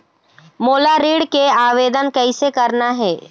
मोला ऋण के आवेदन कैसे करना हे?